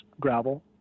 gravel